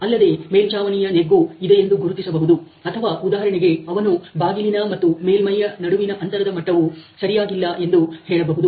ಅಲ್ಲದೆ ಮೇಲ್ಚಾವಣಿಯ ನೆಗ್ಗು ಇದೆಯೆಂದು ಗುರುತಿಸಬಹುದು ಅಥವಾ ಉದಾಹರಣೆಗೆ ಅವನು ಬಾಗಿಲಿನ ಮತ್ತು ಮೇಲ್ಮೈಯ ನಡುವಿನ ಅಂತರದ ಮಟ್ಟವು ಸರಿಯಾಗಿಲ್ಲ ಎಂದು ಹೇಳಬಹುದು